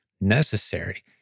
necessary